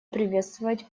приветствовать